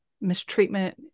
mistreatment